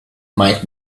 might